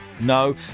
No